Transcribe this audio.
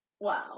Wow